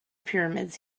pyramids